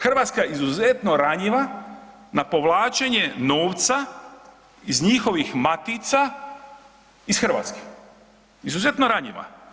Hrvatska je izuzetno ranjiva na povlačenje novca iz njihovih matica iz Hrvatske, izuzetno ranjiva.